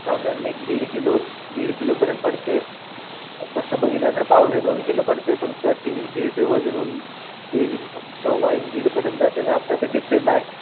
साधारण एक दीड किलो दीड किलोपर्यंत पडते तसं बघितल्या तर पावणे दोन किलो पडते पण कटिंग हे ते वजनून दीड सव्वा एक दीडपर्यंत जाते तर आत्ता ते डिपेंड आहे